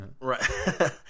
Right